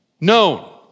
known